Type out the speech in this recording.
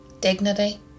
dignity